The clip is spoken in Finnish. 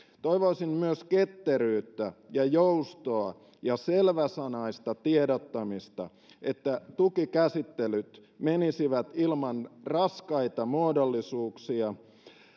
toivoisin myös ketteryyttä ja joustoa ja selväsanaista tiedottamista että tukikäsittelyt menisivät ilman raskaita muodollisuuksia